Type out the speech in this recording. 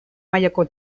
mailako